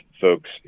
folks